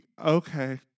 okay